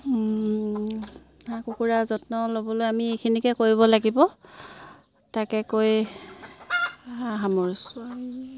হাঁহ কুকুৰা যত্ন ল'বলৈ আমি এইখিনিকে কৰিব লাগিব তাকে কৈ সামৰিছোঁ